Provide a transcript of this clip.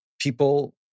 people